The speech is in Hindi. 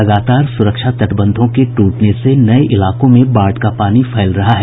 लगातार सुरक्षा तटबंधों के टूटने से नये इलाकों में बाढ़ का पानी फैल रहा है